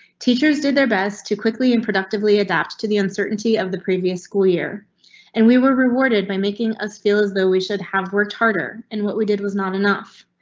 teachers did their best to quickly in productively adapt to the uncertainty of the previous school year and we were rewarded by making us feel as though we should have worked harder and what we did was not enough.